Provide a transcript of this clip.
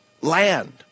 land